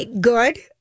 good